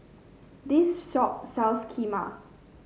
this shop sells Kheema